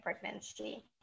pregnancy